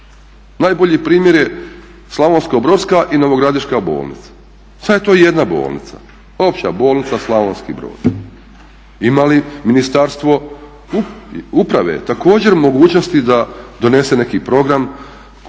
Najbolji primjer je Slavonsko-brodska i Novogradiška bolnica, sad je to jedna bolnica. Opća bolnica Slavonski Brod. Ima li Ministarstvo uprave također mogućnosti da donese neki program i ponudi ih